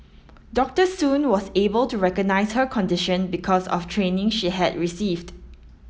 Doctor Soon was able to recognise her condition because of training she had received